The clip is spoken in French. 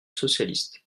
socialiste